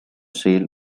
sail